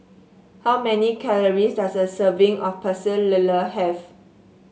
how many calories does a serving of Pecel Lele have